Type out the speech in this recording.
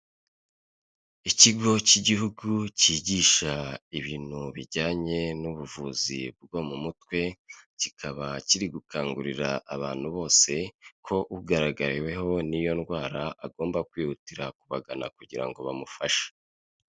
Ikigo cy'igihugu cyigisha ibintu bijyanye n'ubuvuzi bwo mu mutwe, kikaba kiri gukangurira abantu bose ko ugaragariweho n'iyo ndwara, agomba kwihutira kubagana kugira ngo bamufashe.